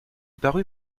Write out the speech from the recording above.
parut